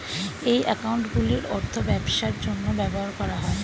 এই অ্যাকাউন্টগুলির অর্থ ব্যবসার জন্য ব্যবহার করা হয়